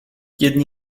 jedni